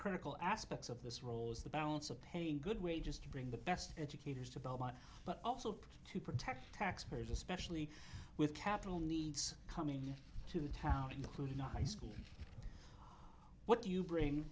critical aspects of this role is the balance of pay good wages to bring the best educators to belmont but also to protect taxpayers especially with capital needs coming to town including the high school what do you bring